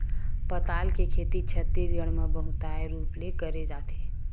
पताल के खेती छत्तीसगढ़ म बहुताय रूप ले करे जाथे